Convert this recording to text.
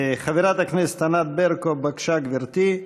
חברת הכנסת ענת ברקו, בבקשה, גברתי,